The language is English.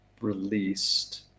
released